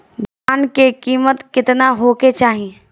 धान के किमत केतना होखे चाही?